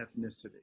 ethnicity